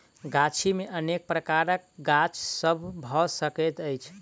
गाछी मे अनेक प्रकारक गाछ सभ भ सकैत अछि